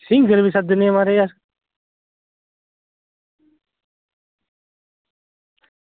singer बी सद्दनै असें म्हाराज